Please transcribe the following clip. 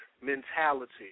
mentality